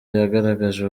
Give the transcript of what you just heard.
yagaragaje